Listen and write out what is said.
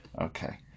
okay